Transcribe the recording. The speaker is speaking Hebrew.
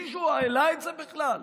מישהו העלה את זה בכלל?